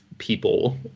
people